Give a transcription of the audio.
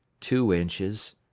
two inches.